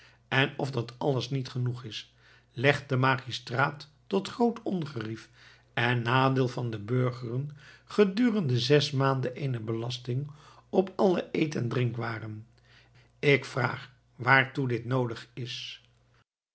en of dat alles niet genoeg is legt de magistraat tot groot ongerief en nadeel van de burgeren gedurende zes maanden eene belasting op alle eet en drinkwaren ik vraag waartoe dit noodig is